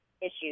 issues